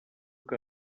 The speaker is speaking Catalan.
que